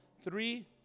Three